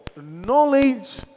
knowledge